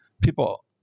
people